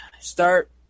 start